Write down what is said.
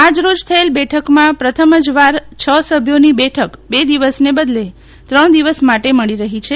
આજરીજ થયેલ બેઠકમાં પ્રથમ વાર છ સભ્યોની બેઠક બે દિવસને બદલે ત્રણ દીવાસ માટે મળી રહી છે